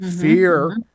fear